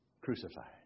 crucified